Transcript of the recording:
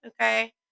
Okay